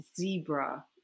zebra